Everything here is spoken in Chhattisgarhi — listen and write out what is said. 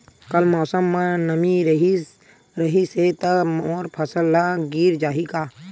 कल मौसम म नमी रहिस हे त मोर फसल ह गिर जाही का?